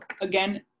again